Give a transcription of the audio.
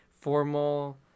formal